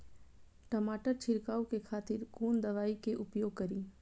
टमाटर छीरकाउ के खातिर कोन दवाई के उपयोग करी?